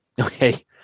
Okay